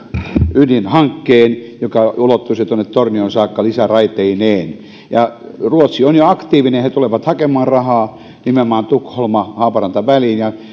ydinhankkeen joka ulottuisi tornioon saakka lisäraiteineen ruotsi on jo aktiivinen he tulevat hakemaan rahaa nimenomaan tukholma haaparanta väliin ja